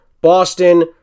boston